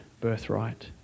birthright